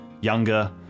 Younger